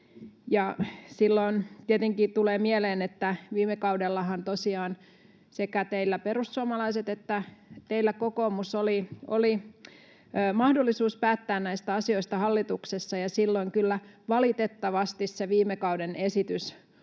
Silloin tietenkin tulee mieleen, että viime kaudellahan tosiaan sekä teillä, perussuomalaiset, että teillä, kokoomus, oli mahdollisuus päättää näistä asioista hallituksessa ja silloin kyllä valitettavasti se viime kauden esitys